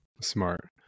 Smart